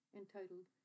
entitled